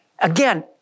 Again